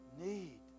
need